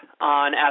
on